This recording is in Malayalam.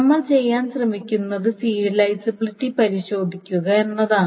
നമ്മൾ ചെയ്യാൻ ശ്രമിക്കുന്നത് സീരിയലൈസബിലിറ്റി പരിശോധിക്കുക എന്നതാണ്